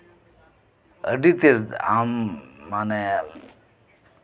ᱟᱹᱰᱤ ᱛᱮᱜ ᱟᱢ ᱢᱟᱱᱮ